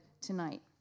tonight